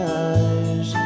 eyes